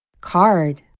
Card